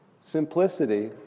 simplicity